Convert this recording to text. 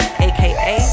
aka